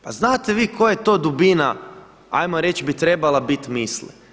Pa znate vi koja je to dubina hajmo reći bi trebala biti misli?